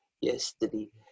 yesterday